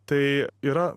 tai yra